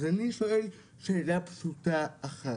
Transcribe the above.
אני שואל שאלה פשוטה אחת: